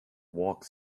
walk